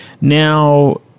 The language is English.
Now